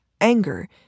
anger